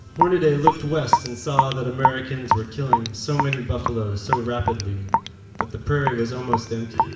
hornaday looked west and saw that americans were killing so many buffalo so rapidly that the prairie was almost empty.